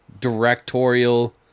Directorial